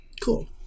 cool